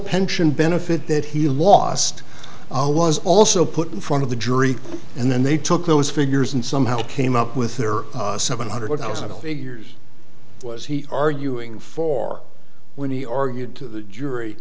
pension benefit that he lost was also put in front of the jury and then they took those figures and somehow came up with their seven hundred thousand figures was he arguing for when he argued to the jury